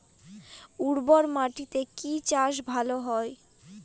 উর্বর মাটিতে কি চাষ ভালো হয়?